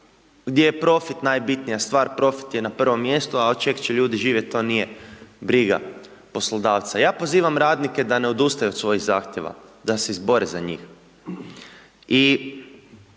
gdje je profit najbitnija stvar, profit je na prvim mjestu, a od čega će ljudi živjeti, to nije briga poslodavca. Ja pozivam radnike, da ne odustanu od svojih zahtjeva, da se izbore za njih.